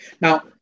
Now